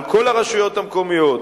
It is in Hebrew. על כל הרשויות המקומיות,